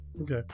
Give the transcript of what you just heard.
Okay